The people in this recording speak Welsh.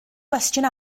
gwestiwn